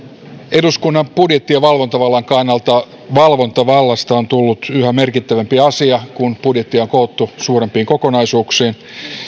eduskunnan budjetti ja valvontavallan kannalta valvontavallasta on tullut yhä merkittävämpi asia kun budjettia on koottu suurempiin kokonaisuuksiin ja